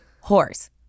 Horse